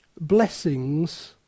blessings